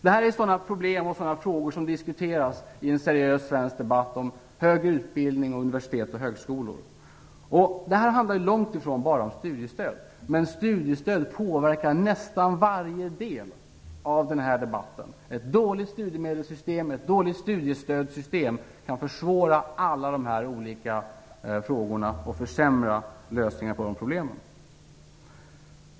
Detta är problem och frågor som diskuteras i en seriös svensk debatt om högre utbildning vid universitet och högskolor. Det handlar långt ifrån bara om studiestöd, men studiestödet påverkar nästan varje del av denna debatt. Ett dåligt studiemedelssystem och studiestödssystem kan försvåra lösningen av alla dessa frågor och problem.